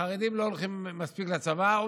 החרדים לא הולכים מספיק לצבא.